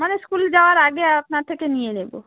মানে স্কুল যাওয়ার আগে আপনার থেকে নিয়ে নেবো